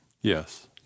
Yes